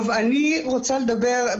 טוב אני רוצה לדבר.